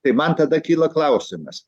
tai man tada kyla klausimas